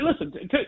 Listen